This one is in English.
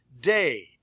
day